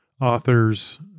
authors